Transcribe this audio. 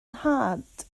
nhad